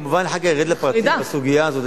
אני כמובן אחר כך ארד לפרטים בסוגיה הזאת.